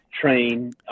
train